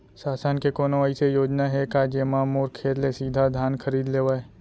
शासन के कोनो अइसे योजना हे का, जेमा मोर खेत ले सीधा धान खरीद लेवय?